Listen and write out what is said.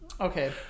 Okay